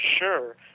sure